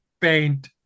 paint